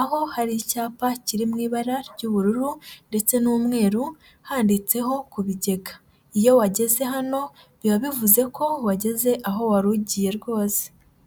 aho hari icyapa kiri mu ibara ry'ubururu ndetse n'umweru, handikeho ku Bigega, iyo wageze hano biba bivuze ko wageze aho warugiye rwose.